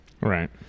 Right